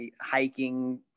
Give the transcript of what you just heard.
hiking